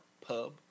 Pub